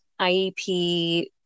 iep